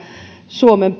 suomen